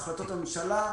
החלטות הממשלה,